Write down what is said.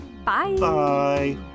Bye